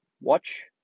watch